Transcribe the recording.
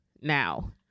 now